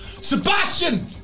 Sebastian